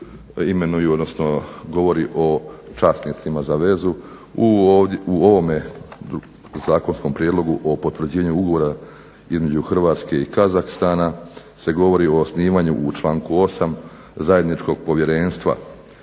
imenuju odnosno govori o časnicima za vezu, u ovome zakonskom prijedlogu o potvrđivanju Ugovora između Hrvatske i Kazahstana se govori o osnivanju u članku 8. Zajedničkog povjerenstva